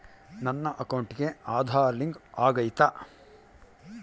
ನನ್ನ ಅಕೌಂಟಿಗೆ ಆಧಾರ್ ಲಿಂಕ್ ಆಗೈತಾ?